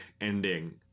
ending